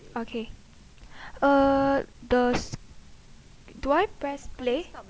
okay uh the do I press play